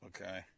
okay